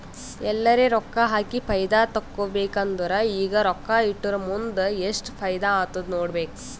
ಎಲ್ಲರೆ ರೊಕ್ಕಾ ಹಾಕಿ ಫೈದಾ ತೆಕ್ಕೋಬೇಕ್ ಅಂದುರ್ ಈಗ ರೊಕ್ಕಾ ಇಟ್ಟುರ್ ಮುಂದ್ ಎಸ್ಟ್ ಫೈದಾ ಆತ್ತುದ್ ನೋಡ್ಬೇಕ್